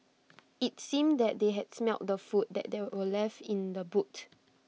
IT seemed that they had smelt the food that were left in the boot